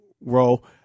role